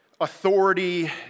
authority